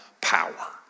power